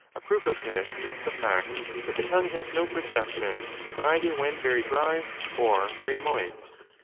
a proof of this is the fact that the tongue has no perception either when very dry or very moist.